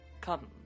come